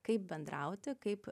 kaip bendrauti kaip